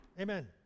Amen